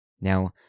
Now